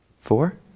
Four